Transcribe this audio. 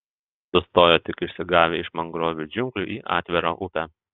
sustojo tik išsigavę iš mangrovių džiunglių į atvirą upę